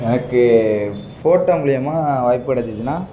எனக்கு ஃபோட்டோ மூலயமா வாய்ப்பு கிடச்சிதுன்னா